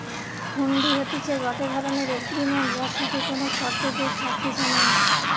হুন্ডি হতিছে গটে ধরণের এগ্রিমেন্ট যার সাথে কোনো শর্ত যোগ থাকতিছে নাই